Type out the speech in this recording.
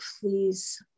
please